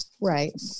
right